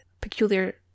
peculiar